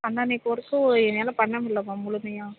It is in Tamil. அன்னன்னைக்கு ஒர்க்கு என்னாலாப் பண்ண முல்ல மேம் முழுமையா